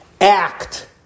act